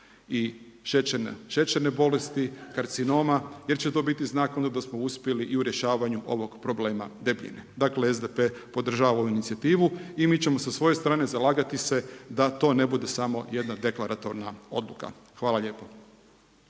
i šećerne bolesti, karcinoma jer će to biti znak onda da smo uspjeli i u rješavanju ovog problema debljine. Dakle, SDP podržava ovu inicijativu i mi ćemo sa svoje strane zalagati se da to ne bude samo jedna deklaratorna odluka. Hvala lijepa.